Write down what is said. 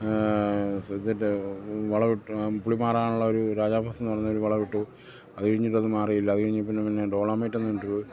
വളമിട്ടു പുളിമാറാനുള്ള ഒരു രാജാപസം എന്നു പറയുന്ന ഒരു വളമിട്ടു അതുകഴിഞ്ഞിട്ട് അത് മാറിയില്ല അതു കഴിഞ്ഞു പിന്നെ പിന്നെ ഡോളമായിട്ടെന്ന് പറഞ്ഞിട്ട്